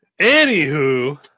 Anywho